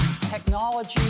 technology